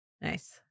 Nice